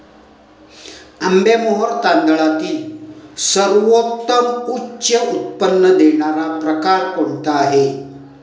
आंबेमोहोर तांदळातील सर्वोत्तम उच्च उत्पन्न देणारा प्रकार कोणता आहे?